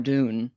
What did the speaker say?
Dune